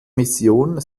mission